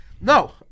No